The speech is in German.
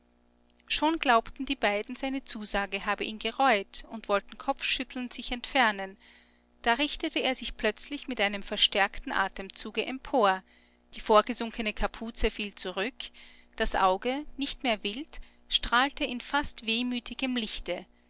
schon glaubten die beiden seine zusage habe ihn gereut und wollten kopfschüttelnd sich entfernen da richtete er sich plötzlich mit einem verstärkten atemzuge empor die vorgesunkene kapuze fiel zurück das auge nicht mehr wild strahlte in fast wehmütigem lichte